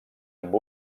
amb